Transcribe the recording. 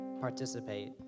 participate